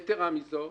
יתרה מזאת,